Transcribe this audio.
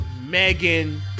Megan